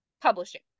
publishing